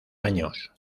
años